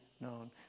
known